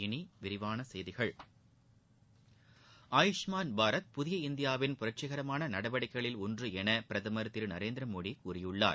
இனி விரிவான செய்திகள் ஆயுஷ்மான் பாரத் புதிய இந்தியாவின் புரட்சிகரமான நடவடிக்கைகளில் ஒன்று என பிரதமர் திரு நரேந்திரமோடி கூறியுள்ளார்